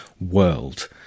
world